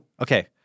okay